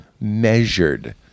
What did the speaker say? Measured